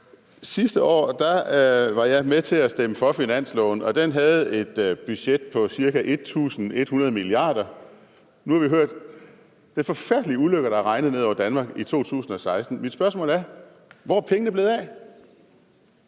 Sidste år var jeg med til at stemme for finansloven, og den havde et budget på cirka 1.100 mia. kr. Nu har vi hørt, hvilke forfærdelige ulykker der har regnet ned over Danmark i 2016. Mit spørgsmål er: Hvor er pengene blevet af?